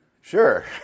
Sure